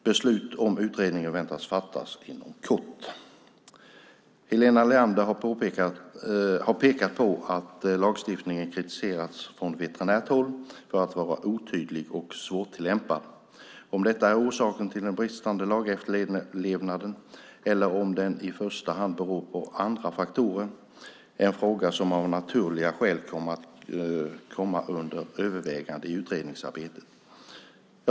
Beslut om utredningen väntas bli fattat inom kort. Helena Leander har pekat på att lagstiftningen från veterinärt håll har kritiserats för att vara otydlig och svårtillämpad. Om detta är orsaken till den bristande lagefterlevnaden eller om denna i första hand beror på andra faktorer är en fråga som av naturliga skäl kommer under övervägande i utredningsarbetet.